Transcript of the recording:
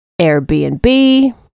Airbnb